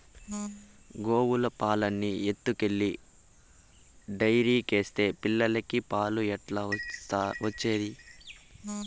గోవుల పాలన్నీ ఎత్తుకెళ్లి డైరీకేస్తే పిల్లలకి పాలు ఎట్లా వచ్చేది